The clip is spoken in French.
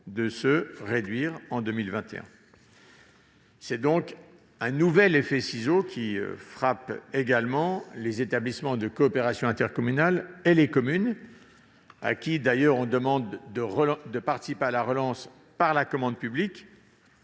de se réduire en 2021. C'est donc un nouvel effet de ciseaux qui les frappe, tout comme les établissements publics de coopération intercommunale et les communes, auxquels, d'ailleurs, on demande de participer à la relance par la commande publique,